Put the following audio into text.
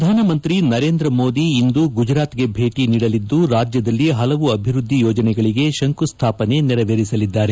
ಪ್ರಧಾನಮಂತ್ರಿ ನರೇಂದ್ರ ಮೋದಿ ಇಂದು ಗುಜರಾತ್ಗೆ ಭೇಟಿ ನೀಡಲಿದ್ದು ರಾಜ್ಯದಲ್ಲಿ ಹಲವು ಅಭಿವ್ವದ್ಲಿ ಯೋಜನೆಗಳಿಗೆ ಶಂಕುಸ್ಲಾಪನೆ ನೆರವೇರಿಸಲಿದ್ದಾರೆ